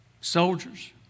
soldiers